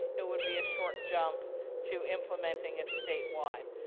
it would be a short jump to implementing it staywide.